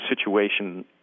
situation